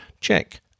Check